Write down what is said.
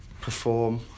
perform